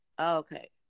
Okay